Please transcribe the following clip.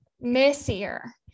messier